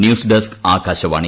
news desk Akashvani